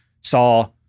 saw